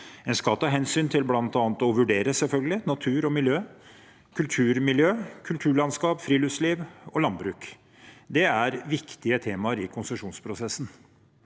skal ta hensyn til og vurdere natur og miljø, kulturmiljø, kulturlandskap, friluftsliv og landbruk. Det er viktige temaer i konsesjonsprosessen,